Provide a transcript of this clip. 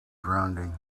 drowning